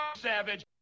savage